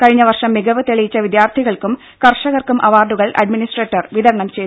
കഴിഞ്ഞ വർഷം മികവ് തെളിയിച്ച വിദ്യാത്ഥികൾക്കും കർഷകർക്കും അവാർഡുകൾ അഡ്മിനിസ്ട്രേറ്റർ വിതരണം ചെയ്തു